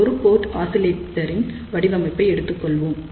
ஒரு போர்ட் ஆசிலேட்டரின் வடிவமைப்பை எடுத்துக்கொள்வோம்